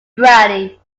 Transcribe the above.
brady